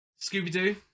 Scooby-Doo